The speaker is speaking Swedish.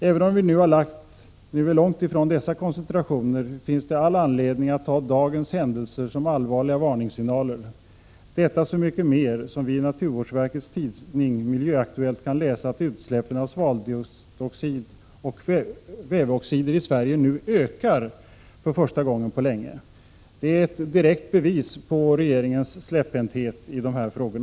Även om vi nu är långt ifrån dessa koncentrationer finns det all anledning att ta dagens händelser som allvarliga varningssignaler, detta så mycket mer som vi i naturvårdsverkets tidning Miljöaktuellt kan läsa att utsläppen av svaveldioxid och kväveoxider i Sverige nu ökar för första gången på länge. Det är ett direkt bevis på regeringens släpphänthet i dessa frågor.